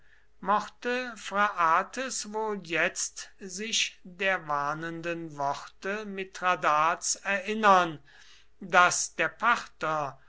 mochte phraates wohl jetzt sich der warnenden worte mithradats erinnern daß der parther